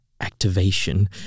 activation